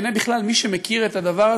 בעיני מי שמכיר את הדבר,